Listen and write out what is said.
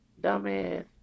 Dumbass